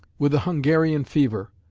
with the hungarian fever,